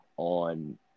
on